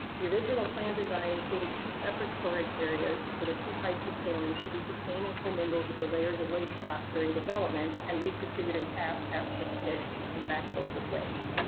the original plan design included two separate storage areas for the two types of tailings to be contained and co mingled with the layers of waste rock during development, and reconfigured and capped after the pit was back filled with waste.